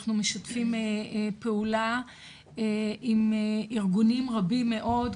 אנחנו משתפים פעולה עם ארגונים רבים מאוד,